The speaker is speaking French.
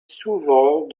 souvent